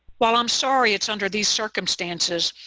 while i'm sorry it's under these circumstances,